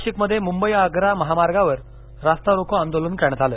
नाशिकमध्ये मुंबई आग्रा महामार्गावर रास्तारोको आंदोलन करण्यात आलं